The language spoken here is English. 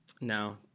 no